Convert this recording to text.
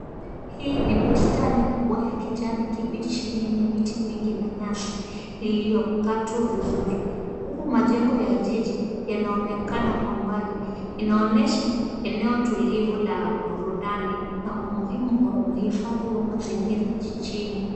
Hii ni bustani kubwa ya kijani kibichi yenye miti mingi na nyasi, iliyokatwa vizuri huku majengo ya jiji yanaonekana kwa mbali. Inaonyesha eneo tulivu la burudani na umuhimu wa uhifadhi wa mazingira jijini.